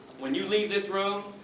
when you leave this room,